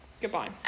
Goodbye